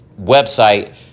website